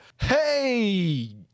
Hey